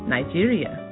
Nigeria